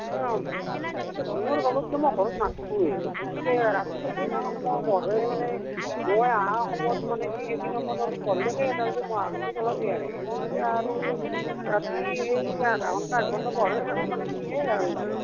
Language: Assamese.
ইতা দিনৰ ভাগতটো মই ঘৰত নাথাকোৱে গতিকে ৰাতি বা কিমান সময় পঢ়ে মানে মই আহাৰ সময়ত মানে কি সেইখিনি সময়ত অলপ পঢ়ি থাকেই তাৰ পিছত মই আহাৰ পিছত অলপ এৰেই এৰি ফেলে আৰু ৰাতি সেই আধা ঘণ্টা এক ঘণ্টা পঢ়েই আৰু মানে কি সেই আৰু